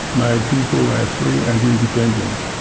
my people were free and independent.